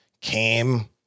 came